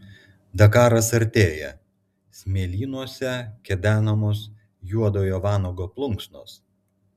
dakaras artėja smėlynuose kedenamos juodojo vanago plunksnos